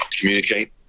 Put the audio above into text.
communicate